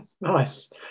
Nice